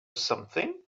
something